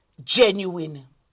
genuine